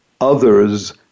others